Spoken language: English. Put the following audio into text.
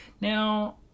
Now